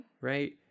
Right